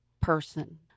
person